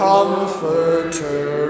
Comforter